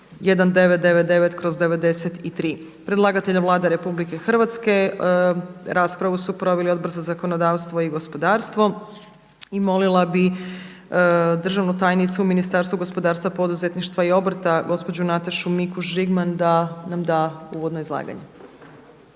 1999/93 Predlagatelj je Vlada Republike Hrvatske. Raspravu su proveli Odbor za zakonodavstvo i gospodarstvo. I molila bih državnu tajnicu u Ministarstvu gospodarstva, poduzetništva i obrta gospođu Natašu Mikuš Žigman da nam da uvodno izlaganje.